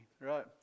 right